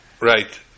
Right